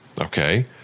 Okay